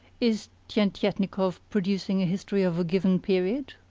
is tientietnikov producing a history of a given period,